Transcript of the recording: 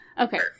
Okay